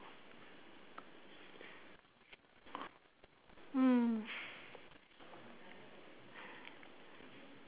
mm